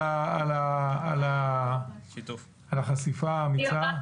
על החשיפה האמיצה.